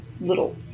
little